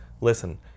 Listen